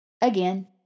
Again